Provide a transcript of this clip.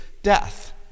death